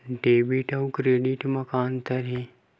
Debit अउ credit म का अंतर हे?